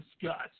disgust